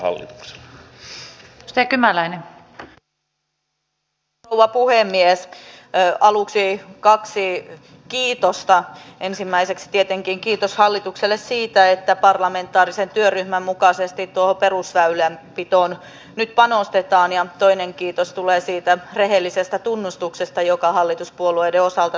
tämä olisi myös osa nuorisotakuun toteutumista jatkossa kun nuorille sekä annettaisiin mahdollisuuksia tutustua maanpuolustuskoulutustoimintaan että käytäisiin läpi myös heidän elämäntilannettaan koulutuksen työelämän ja toinen kiitos tulee siitä rehellisestä tunnustuksesta joka perhetilanteen osalta